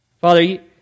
Father